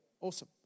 awesome